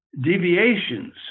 Deviations